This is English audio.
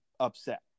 upset